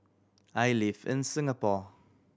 I live in Singapore